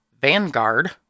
vanguard